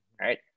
right